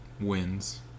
wins